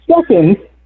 second